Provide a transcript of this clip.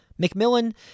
McMillan